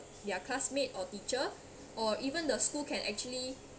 ya classmate or teacher or even the school can actually